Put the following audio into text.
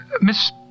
Miss